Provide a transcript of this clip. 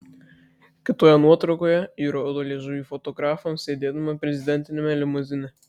kitoje nuotraukoje ji rodo liežuvį fotografams sėdėdama prezidentiniame limuzine